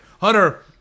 Hunter